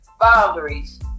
boundaries